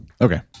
Okay